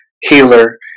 healer